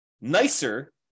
nicer